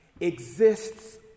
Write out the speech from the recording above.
exists